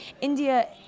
India